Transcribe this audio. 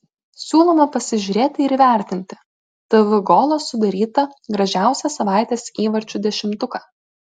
siūlome pasižiūrėti ir įvertinti tv golo sudarytą gražiausią savaitės įvarčių dešimtuką